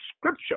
Scripture